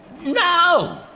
No